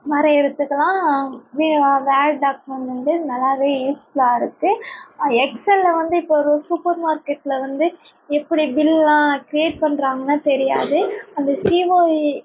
வரையிரத்துக்கெலாம் வி word document வந்து நல்லாவே யூஸ்ஃபுல்லாக இருக்குது எக்ஸல்ல வந்து இப்போ ஒரு சூப்பர்மார்க்கெட்டில் வந்து எப்படி பில்லெலாம் கிரியேட் பண்ணுறாங்கனா தெரியாது அந்த சிஓஇ